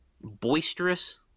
boisterous